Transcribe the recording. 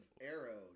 Arrow